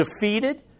defeated